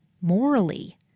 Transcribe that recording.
morally